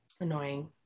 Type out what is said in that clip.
Annoying